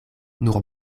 nur